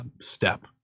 step